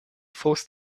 fuss